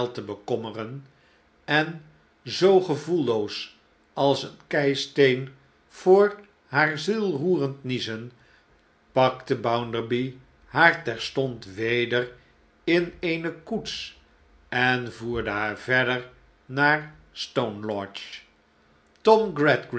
te bekommeren en zoo gevoelloos als een keisteen voor haar zielroerend niezen pakte bounderby haar terstond weder in eene koets en voerde haar verder naar stone lodge